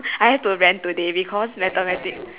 I have to rant today because mathematics